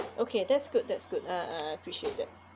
okay that's good that's good uh I I appreciate that